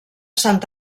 sant